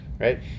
right